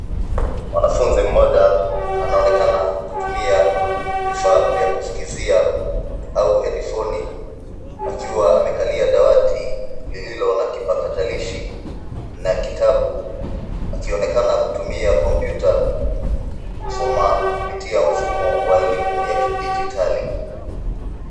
Mwanafunzi mmoja anaonekana kutumia vifaa vya kusikizia au (cs)headphone(cs), akiwa amekalia dawati lililo na kipakatalishi na kitabu akionekana kutumia kompyuta kusoma kupitia mfumo wa elimu ya kidijitali.